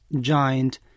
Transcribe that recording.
giant